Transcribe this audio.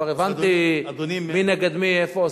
וכבר הבנתי מי נגד מי ואיפה עושים,